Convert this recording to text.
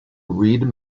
reed